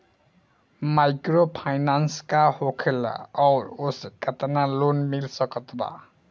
Microfinance का होखेला और ओसे केतना लोन मिल सकत बा?